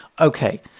Okay